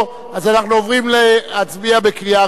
אז אנחנו עוברים להצביע בקריאה ראשונה.